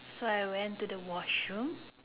so I went to the washroom